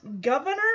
Governor